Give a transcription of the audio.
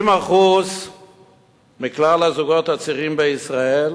30% מכלל הזוגות הצעירים בישראל,